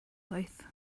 both